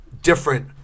different